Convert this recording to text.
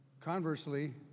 Conversely